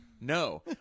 No